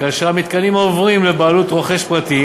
כאשר המתקנים עוברים לבעלות רוכש פרטי